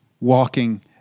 walking